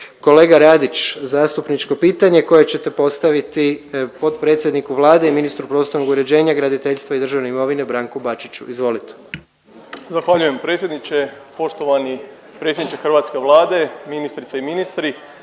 Kolega Radić, zastupničko pitanje koje ćete postaviti potpredsjedniku Vlade i ministru prostornog uređenja, graditeljstva i državne imovine Branku Bačiću. Izvolite. **Radić, Ivan (HDZ)** Zahvaljujem predsjedniče. Poštovani predsjedniče hrvatske Vlade, ministrice i ministri.